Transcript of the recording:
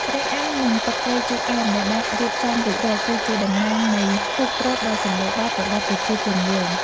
ត្រីអាំងនិងទឹកត្រីជូរអែមដែលបានរៀបចំរួចរាល់ គឺជាតំណាងនៃភោគទ្រព្យដ៏សម្បូរបែបរបស់ប្រជាជនយើង។